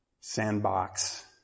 sandbox